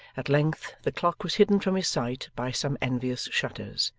at length, the clock was hidden from his sight by some envious shutters,